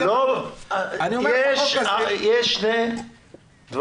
אני אומר החוק הזה --- יש שני דברים.